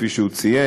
כפי שהוא ציין,